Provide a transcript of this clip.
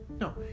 no